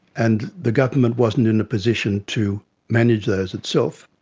and the government wasn't in a position to manage those itself.